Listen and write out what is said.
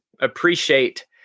appreciate